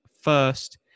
first